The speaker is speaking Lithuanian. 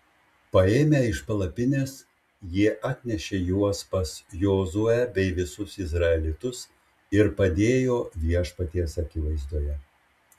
paėmę iš palapinės jie atnešė juos pas jozuę bei visus izraelitus ir padėjo viešpaties akivaizdoje